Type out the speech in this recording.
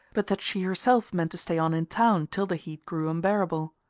but that she herself meant to stay on in town till the heat grew unbearable.